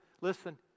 listen